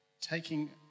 taking